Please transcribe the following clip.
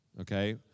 okay